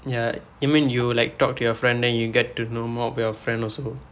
ya you mean you like talk to your friend then you get to know more about your friend also